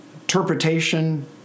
interpretation